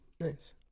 Nice